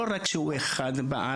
לא רק שהוא אחד בארץ,